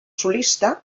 solista